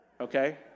Okay